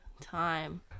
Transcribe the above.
time